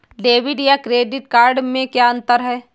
Debit या credit card में क्या अन्तर है?